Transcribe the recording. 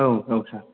औ औ सार